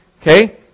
okay